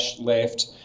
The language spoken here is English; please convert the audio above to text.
left